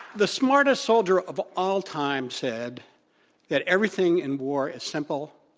the smartest soldier of all time said that everything in war is simple,